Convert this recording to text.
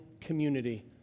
community